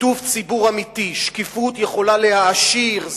שיתוף ציבור אמיתי, שקיפות, יכולים להעשיר.